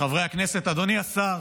חברי הכנסת, אדוני השר,